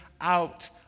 out